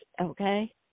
Okay